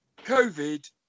covid